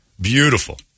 Beautiful